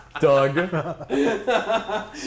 Doug